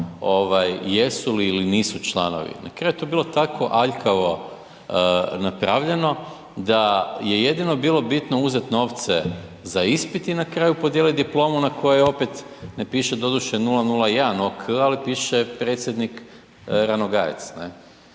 znalo jesu li ili nisu članovo. Na kraju je to bilo tako aljkavo napravljeno da je jedino bilo bitno uzeti novce za ispit i na kraju podijeliti diplomu na kojoj opet ne piše doduše 001 .../Govornik se